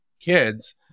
kids